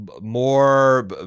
more